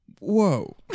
Whoa